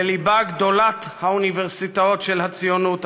בלבה גדולת האוניברסיטאות של הציונות,